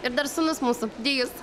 ir dar sūnus mūsų dijus